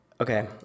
Okay